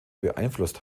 beeinflusst